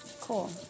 Cool